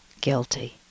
guilty